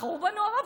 בחרו בנו הרוב,